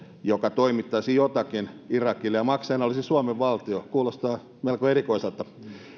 joka toimittaisi jotakin irakille ja maksajana olisi suomen valtio kuulostaa melko erikoiselta